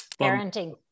parenting